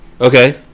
okay